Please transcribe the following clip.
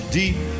deep